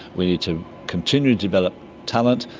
we need to continue to develop talent,